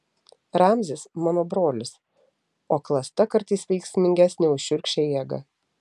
ramzis mano brolis o klasta kartais veiksmingesnė už šiurkščią jėgą